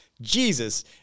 Jesus